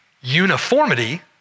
uniformity